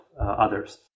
others